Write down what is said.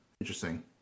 Interesting